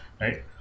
right